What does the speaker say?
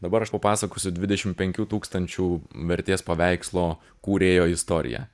dabar aš papasakosiu dvidešim penkių tūkstančių vertės paveikslo kūrėjo istoriją